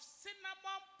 cinnamon